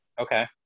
Okay